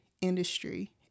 industry